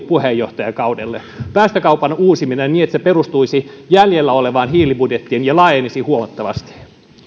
puheenjohtajakaudelle päästökaupan uusiminen niin että se perustuisi jäljellä olevaan hiilibudjettiin ja laajenisi huomattavasti